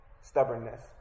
stubbornness